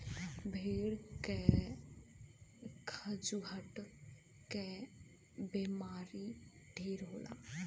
भेड़ के खजुहट के बेमारी ढेर होला